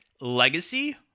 legacy